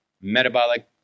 metabolic